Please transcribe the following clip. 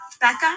Becca